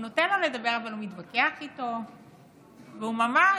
הוא נותן לו לדבר אבל הוא מתווכח איתו והוא ממש